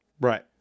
Right